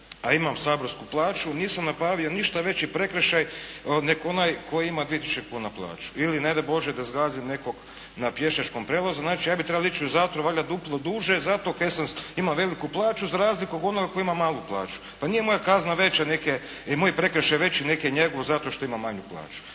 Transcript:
a imam saborsku plaću, nisam napravio ništa veći prekršaj nego onaj tko ima 2 tisuće kuna plaću ili ne daj Bože da zgazim nekoga na pješačkom prijelazu. Znači ja bih trebao ići u zatvor valjda duplo duže zato kaj imam veliku plaću za razliku od onoga tko ima malu plaću. Pa nije moja kazna veća nek' je moj prekršaj veći nek' je njegov zato što ima manju plaću.